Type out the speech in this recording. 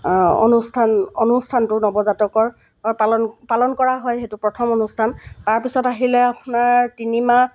অনুষ্ঠান অনুষ্ঠানটো নৱজাতকৰ পালন পালন কৰা হয় সেইটো প্ৰথম অনুষ্ঠান তাৰপিছত আহিলে আপোনাৰ তিনিমাহ